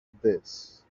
this